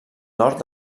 nord